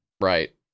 Right